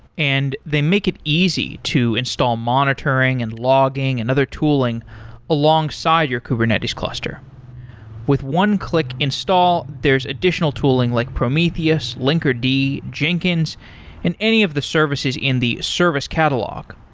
and they make it easy to install monitoring and logging and other tooling alongside your kubernetes cluster with one-click install, there's additional tooling like prometheus, linkerd, jenkins and any of the services in the service catalog.